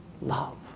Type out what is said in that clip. love